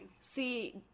See